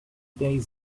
days